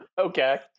Okay